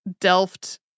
Delft